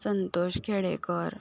Santosh Kedekar